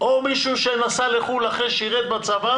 או מישהו שנסע לחו"ל אחרי ששירת בצבא